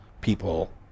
people